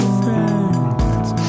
friends